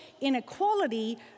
inequality